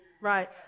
right